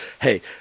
hey